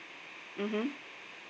mmhmm